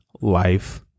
life